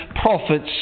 prophets